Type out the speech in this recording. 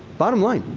bottom line,